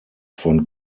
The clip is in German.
von